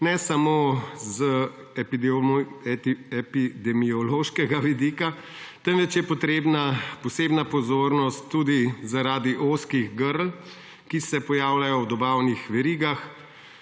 ne samo z epidemiološkega vidika, temveč je potrebna posebna pozornost tudi zaradi ozkih grl, ki se pojavljajo v dobavnih verigah.